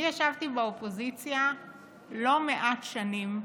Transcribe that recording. אני ישבתי באופוזיציה לא מעט שנים,